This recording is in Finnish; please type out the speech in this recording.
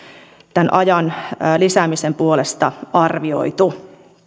tämän ajan lisäämisen puolesta arvioitu